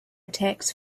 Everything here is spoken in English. attacks